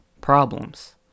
Problems